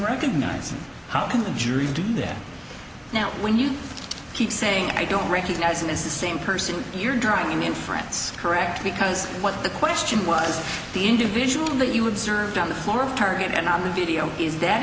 recognizing how can the jury do that now when you keep saying i don't recognize it as the same person you're driving in france correct because what the question was the individual that you on the floor of target and on the video is that